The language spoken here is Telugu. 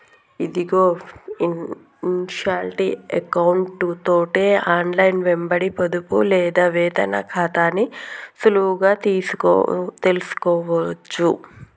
ఇదిగో ఇన్షాల్టీ ఎకౌంటు తోటి ఆన్లైన్లో వెంబడి పొదుపు లేదా వేతన ఖాతాని సులువుగా తెలుసుకోవచ్చు